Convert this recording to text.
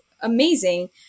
amazing